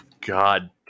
God